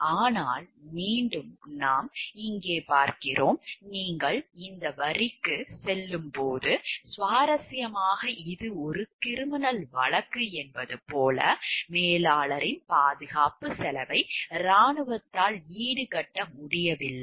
ஆனால் மீண்டும் நாம் இங்கே பார்க்கிறோம் நீங்கள் இந்த வரிக்கு செல்லும்போது சுவாரஸ்யமாக இது ஒரு கிரிமினல் வழக்கு என்பது போல மேலாளரின் பாதுகாப்புச் செலவை இராணுவத்தால் ஈடுகட்ட முடியவில்லை